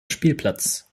spielplatz